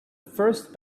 first